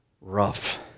rough